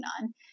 none